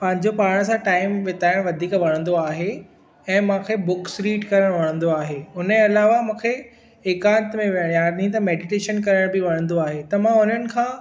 पंहिंजो पाण सां टाईम बिताइणु वधीक वणंदो आहे ऐं मूंखे बुक्स रीड करणु वणंदो आहे हुन अलावा मूंखे एकांत में वेहणु यानी त मैडीटेशन करणु बि वणंदो आहे त मां उन्हनि खां